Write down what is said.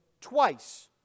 twice